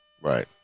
Right